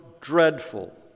dreadful